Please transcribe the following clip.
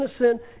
innocent